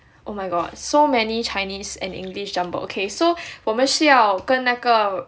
oh my god so many chinese and english jumble okay so 我们需要跟那个